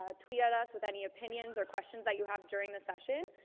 ah tweet at us with any opinions or questions that you have during the session,